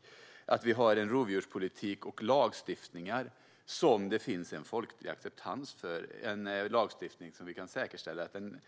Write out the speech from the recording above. Det är viktigt att vi har en rovdjurspolitik och en lagstiftning som det finns folklig acceptans för samt att vi kan säkerställa att lagstiftningen